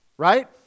Right